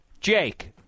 Jake